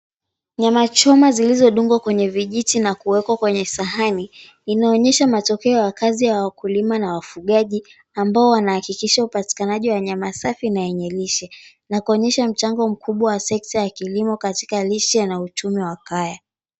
Nyama choma zilizodungwa kwenye vijiti na kuwekwa kwenye sahani inaonyesha matokea ya kazi ya wakulima na wafugaji ambao wanahakikisha upatikanaji wa nyama safi na yenye lishe. Na kuonyesha mchango mkubwa ya sekta ya kilimo katika lishe na uchumi wa kaya.